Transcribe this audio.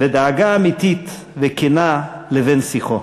ודאגה אמיתית וכנה לבן-שיחו.